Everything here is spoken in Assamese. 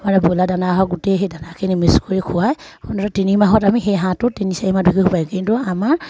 মানে ব্ৰইলাৰ দানা হওক গোটেই সেই দানাখিনি মিক্স কৰি খুৱায় সোনকালে তিনি মাহত আমি সেই হাঁহটো তিনি চাৰি মাহত পাৰিম কিন্তু আমাৰ